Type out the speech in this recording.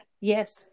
Yes